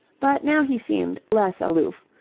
but now he seemed less aloof,